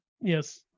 Yes